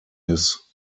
his